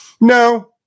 No